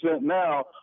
now